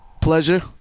pleasure